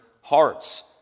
hearts